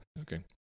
Okay